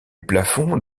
plafond